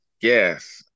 Yes